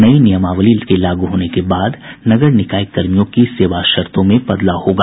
नई नियमावली के लागू होने के बाद नगर निकाय कर्मियों की सेवा शर्तो में बदलाव होगा